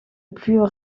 plus